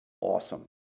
awesome